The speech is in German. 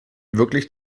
wirklich